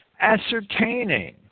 ascertaining